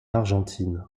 argentine